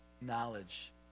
knowledge